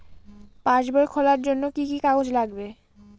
পাসবই খোলার জন্য কি কি কাগজ লাগবে?